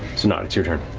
nott, it's your turn.